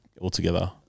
altogether